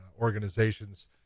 organizations